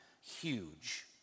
huge